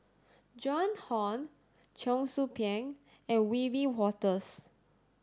Joan Hon Cheong Soo Pieng and Wiebe Wolters